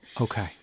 Okay